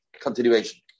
continuation